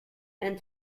and